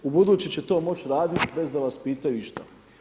Ubuduće će to moći raditi bez da vas pitaju išta.